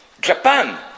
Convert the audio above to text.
Japan